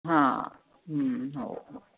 हां हो